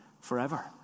forever